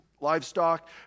livestock